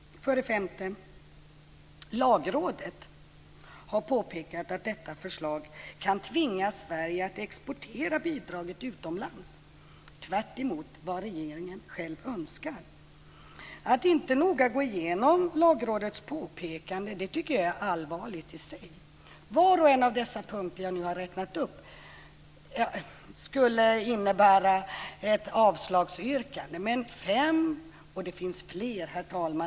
För det femte: Lagrådet har påpekat att detta förslag kan tvinga Sverige att exportera bidraget utomlands, tvärtemot vad regeringen själv önskar. Att inte noga gå igenom Lagrådets påpekande är allvarligt i sig. Var och en av dessa punkter jag nu räknat upp skulle innebära ett avslagsyrkande. Det är fem punkter.